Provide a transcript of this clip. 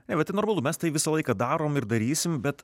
ne bet tai normalu mes tai visą laiką darom ir darysim bet